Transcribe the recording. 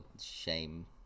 Shame